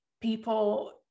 people